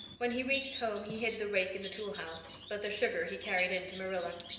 when he reached home he hid the rake in the tool house, but the sugar he carried in to marilla.